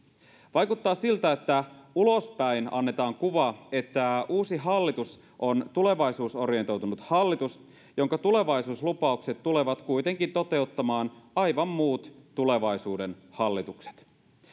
vaikuttaa siltä että ulospäin annetaan kuva että uusi hallitus on tulevaisuusorientoitunut hallitus jonka tulevaisuuslupaukset tulevat kuitenkin toteuttamaan aivan muut tulevaisuuden hallitukset